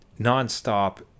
nonstop